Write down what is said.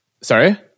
Sorry